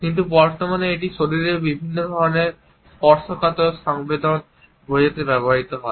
কিন্তু বর্তমানে এটি শরীরের বিভিন্ন ধরণের স্পর্শকাতর সংবেদন বোঝাতে ব্যবহৃত হয়